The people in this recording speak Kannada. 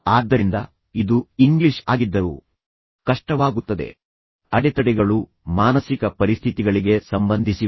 ಆದ್ದರಿಂದ ಇದು ಇಂಗ್ಲಿಷ್ ಆಗಿದ್ದರೂ ಅನುಸರಿಸುವುದು ನಿಮಗೆ ತುಂಬಾ ಕಷ್ಟವಾಗುತ್ತದೆ ಇತರ ಅಡೆತಡೆಗಳು ಮಾನಸಿಕ ಪರಿಸ್ಥಿತಿಗಳಿಗೆ ಸಂಬಂಧಿಸಿವೆ